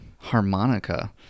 harmonica